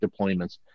deployments